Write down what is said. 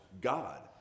God